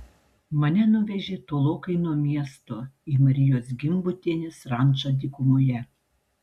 mane nuvežė tolokai nuo miesto į marijos gimbutienės rančą dykumoje